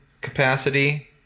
capacity